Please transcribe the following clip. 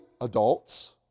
adults